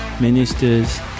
ministers